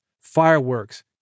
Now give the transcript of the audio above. fireworks